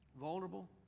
Vulnerable